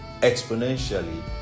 exponentially